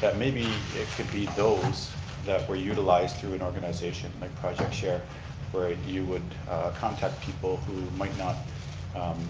that maybe it could be those that were utilized through an organization like project share where you would contact people who might not